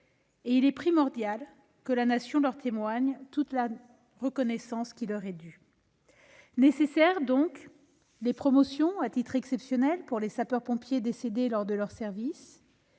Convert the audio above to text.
et il est primordial que la Nation leur témoigne toute la reconnaissance qui leur est due. Les promotions à titre exceptionnel pour les sapeurs-pompiers décédés lors de leur service